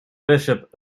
bishop